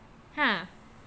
ha